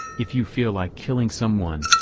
if you feel like killing someone,